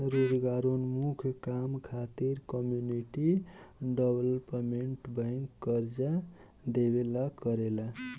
रोजगारोन्मुख काम खातिर कम्युनिटी डेवलपमेंट बैंक कर्जा देवेला करेला